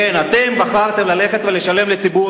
כן, אתם בחרתם ללכת ולשלם לציבור.